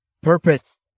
Purpose